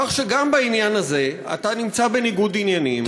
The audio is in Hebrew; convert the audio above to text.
כך שגם בעניין הזה אתה נמצא בניגוד עניינים,